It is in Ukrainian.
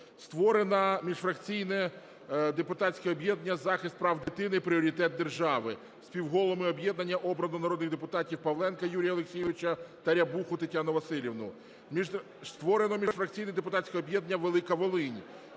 Створено міжфракційне депутатське об'єднання " Захист прав дитини – пріоритет держави". Співголовами об'єднання обрано народних депутатів Павленка Юрія Олексійовича та Рябуху Тетяну Василівну. Створено міжфракційне депутатське об'єднання "Велика Волинь".